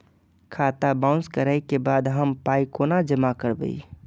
खाता बाउंस करै के बाद हम पाय कोना जमा करबै?